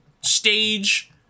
stage